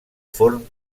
forn